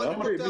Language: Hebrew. אני קוטע אותך,